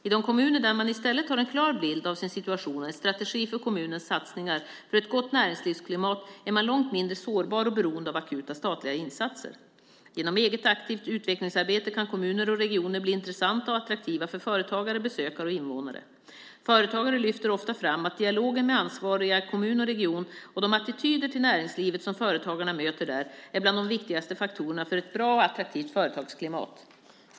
I de kommuner där man i stället har en klar bild av sin situation och en strategi för kommunens satsningar för ett gott näringslivsklimat är man långt mindre sårbar och beroende av akuta statliga insatser. Genom eget aktivt utvecklingsarbete kan kommuner och regioner bli intressanta och attraktiva för företagare, besökare och invånare. Företagare lyfter ofta fram att dialogen med ansvariga i kommun och region och de attityder till näringslivet som företagarna möter där, är bland de viktigaste faktorerna för ett bra och attraktivt företagsklimat.